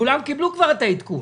כולם קיבלו כבר את העדכון.